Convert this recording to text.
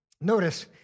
notice